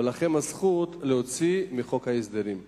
ולכם הזכות להוציאה מחוק ההסדרים.